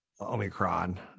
Omicron